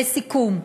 לסיכום,